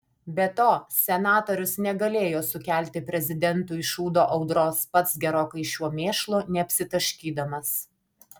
be to senatorius negalėjo sukelti prezidentui šūdo audros pats gerokai šiuo mėšlu neapsitaškydamas